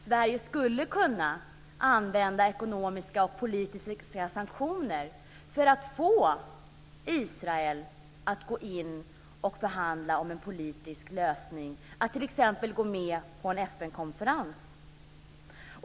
Sverige skulle kunna använda ekonomiska och politiskt riktiga sanktioner för att få Israel att förhandla om en politisk lösning och t.ex. gå med på en FN-konferens.